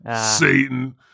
Satan